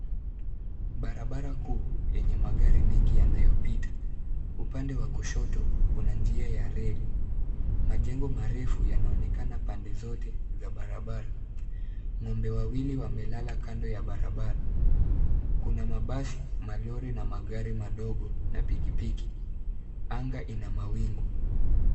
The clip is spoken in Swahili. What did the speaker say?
Barabara kuu yenye magari mengi yanayopita. Upande wa kushoto kuna njia ya reli. Majengo marefu yanaonekana pande zote za barabara. Ng'ombe wawili wamelala kando ya barabara. Kuna mabasi, malori na magari madogo na pikipiki. Anga ina mawingu.